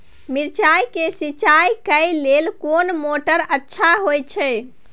मिर्चाय के सिंचाई करे लेल कोन मोटर अच्छा होय छै?